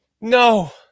no